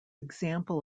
example